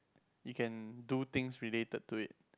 you can do things related to it